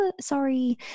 sorry